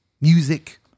music